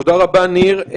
תודה רבה, ניר.